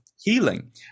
healing